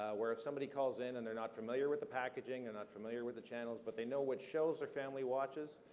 where if somebody calls in and they're not familiar with the packaging, they're and not familiar with the channels, but they know what shows their family watches,